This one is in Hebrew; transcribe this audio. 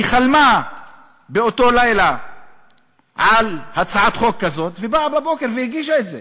היא חלמה באותו לילה על הצעת חוק כזאת ובאה בבוקר והגישה את זה.